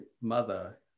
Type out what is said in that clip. mother